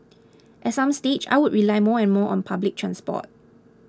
at some stage I will rely more and more on public transport